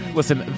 listen